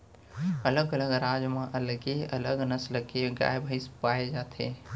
अलग अलग राज म अलगे अलग नसल के गाय भईंस पाए जाथे